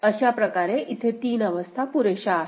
अशाप्रकारे इथे तीन अवस्था पुरेशा आहेत